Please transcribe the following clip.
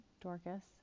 Dorcas